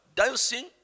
dancing